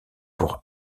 pour